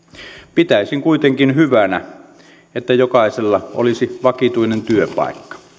pitäisin kuitenkin hyvänä että jokaisella olisi vakituinen työpaikka